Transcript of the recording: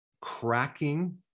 cracking